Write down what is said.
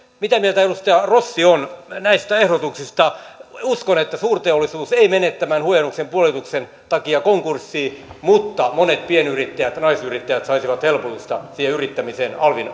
mitä mieltä edustaja rossi on näistä ehdotuksista uskon että suurteollisuus ei mene tämän huojennuksen puolituksen takia konkurssiin mutta monet pienyrittäjät ja naisyrittäjät saisivat helpotusta siihen yrittämiseen alvin